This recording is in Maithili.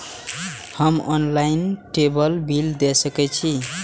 हम ऑनलाईनटेबल बील दे सके छी?